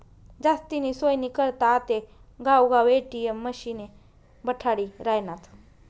जास्तीनी सोयनी करता आते गावगाव ए.टी.एम मशिने बठाडी रायनात